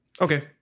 Okay